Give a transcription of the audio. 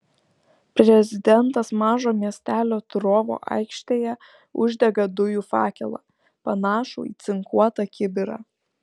prezidentas mažo miestelio turovo aikštėje uždega dujų fakelą panašų į cinkuotą kibirą